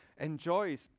enjoys